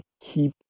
keep